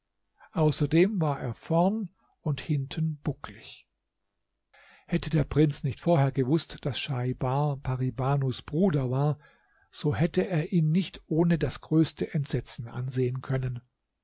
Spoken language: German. außerdem war er vorn und hinten bucklig hätte der prinz nicht vorher gewußt daß schaibar pari banus bruder war so hätte er ihn nicht ohne das größte entsetzen ansehen können